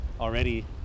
already